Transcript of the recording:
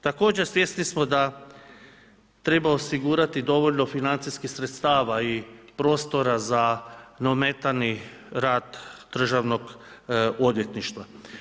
Također svjesni smo da treba osigurati dovoljno financijskih sredstava i prostora za neometani rad državnog odvjetništva.